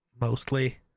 Mostly